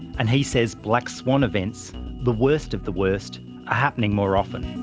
and he says black swan events the worst of the worst are happening more often.